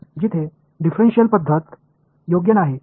எனவே இது ஒரு டிஃபரென்ஷியல் முறைக்கு பொருந்தாத ஒரு எடுத்துக்காட்டு